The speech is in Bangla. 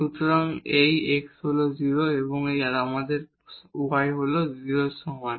সুতরাং এই x হল 0 এবং তারপর আমাদের y হল 0 এর সমান